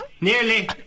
Nearly